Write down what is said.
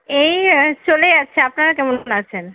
এই চলে যাচ্ছে আপনারা কেমন আছেন